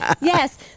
Yes